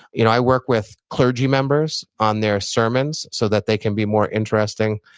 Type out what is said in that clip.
you know i work with clergy members on their sermons so that they can be more interesting.